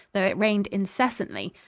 though it rained incessantly,